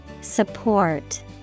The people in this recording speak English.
Support